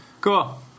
Cool